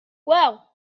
well